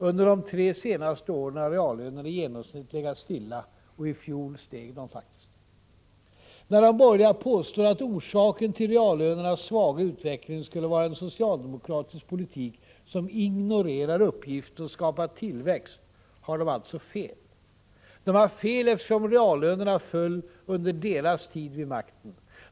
Under de tre senaste åren har reallönerna i genomsnitt legat stilla, och i fjol steg de faktiskt. När de borgerliga påstår att orsaken till reallönernas svaga utveckling skulle vara en socialdemokratisk politik, som ignorerar uppgiften att skapa tillväxt, har de alltså fel. De har fel eftersom reallönerna föll under deras tid vid makten.